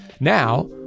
Now